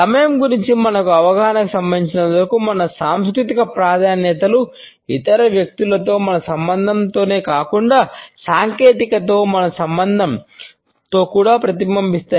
సమయం గురించి మన అవగాహనకు సంబంధించినంతవరకు మన సాంస్కృతిక ప్రాధాన్యతలు ఇతర వ్యక్తులతో మన సంబంధంలోనే కాకుండా సాంకేతికతతో మన సంబంధంలో కూడా ప్రతిబింబిస్తాయి